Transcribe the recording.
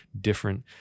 different